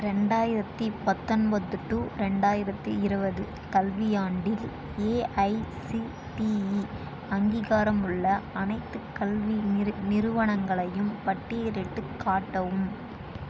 ரெண்டாயிரத்து பத்தொன்பது டு ரெண்டாயிரத்து இருபது கல்வியாண்டில் ஏஐசிடிஇ அங்கீகாரமுள்ள அனைத்துக் கல்வி நிறு நிறுவனங்களையும் பட்டியலிட்டுக் காட்டவும்